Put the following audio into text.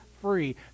free